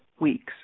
weeks